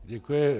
Děkuji.